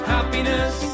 Happiness